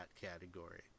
category